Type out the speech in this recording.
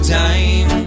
time